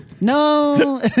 no